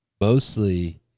mostly